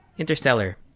Interstellar